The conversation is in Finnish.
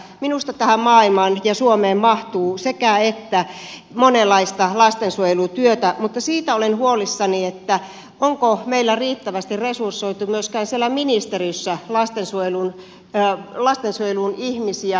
minusta tähän maailmaan ja suomeen mahtuu sekä että monenlaista lastensuojelutyötä mutta siitä olen huolissani onko meillä riittävästi resursoitu myöskään siellä ministeriössä lastensuojeluun ihmisiä